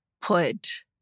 put